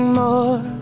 more